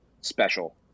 special